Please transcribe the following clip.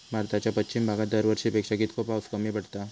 भारताच्या पश्चिम भागात दरवर्षी पेक्षा कीतको पाऊस कमी पडता?